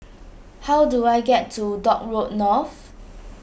how do I get to Dock Road North